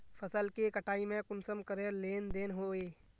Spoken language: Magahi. फसल के कटाई में कुंसम करे लेन देन होए?